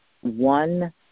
one